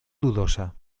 dudosa